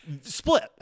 split